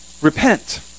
Repent